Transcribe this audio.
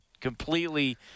completely